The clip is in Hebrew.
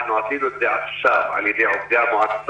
אנחנו עשינו את זה עכשיו על ידי עובדי המועצה,